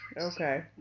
Okay